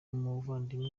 nk’umuvandimwe